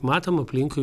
matom aplinkui